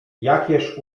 jakież